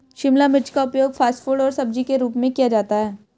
शिमला मिर्च का उपयोग फ़ास्ट फ़ूड और सब्जी के रूप में किया जाता है